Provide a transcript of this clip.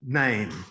name